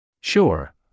Sure